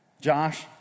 Josh